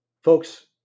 Folks